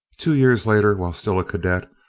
two years later, while still a cadet,